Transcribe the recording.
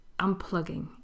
unplugging